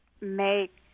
make